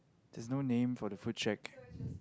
there's no name for the food check